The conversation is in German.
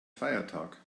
feiertag